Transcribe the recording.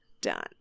done